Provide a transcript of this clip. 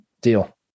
Deal